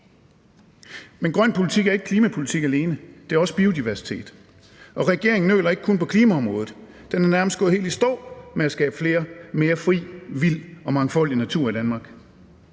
Men grøn politik er ikke klimapolitik alene, det er også biodiversitet, og regeringen nøler ikke kun på klimaområdet, den er nærmest gået helt i stå i forhold til at skabe mere fri, vild og mangfoldig natur i Danmark.